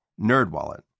NerdWallet